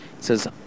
Says